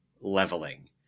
leveling